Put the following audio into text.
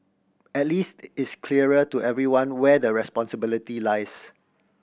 at least it's clearer to everyone where the responsibility lies